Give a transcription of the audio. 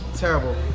Terrible